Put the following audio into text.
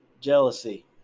jealousy